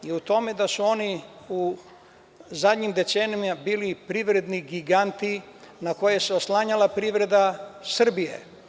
U tome da su oni u zadnjim decenijama bili privredni giganti na koje se oslanjala privreda Srbije.